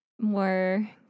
more